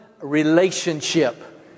relationship